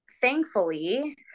thankfully